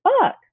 fuck